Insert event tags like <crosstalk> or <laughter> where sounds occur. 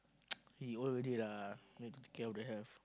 <noise> he old already lah need to take care of your health